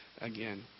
again